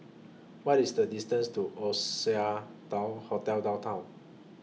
What IS The distance to Oasia Hotel Downtown